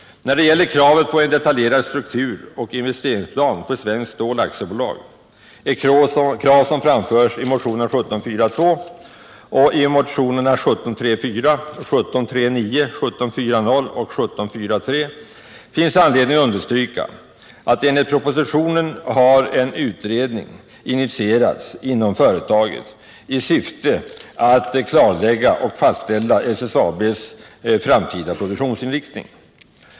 När det gäller kravet på en detaljerad strukturoch investeringsplan för Svenskt Stål AB, krav som framförts i motionerna 1742, 1734, 1739, 1740 och 1743, finns anledning att betona att enligt propositionen en utredning har initierats inom företaget i syfte att klarlägga och fastställa SSAB:s framtida produktionsinriktning.